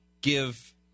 give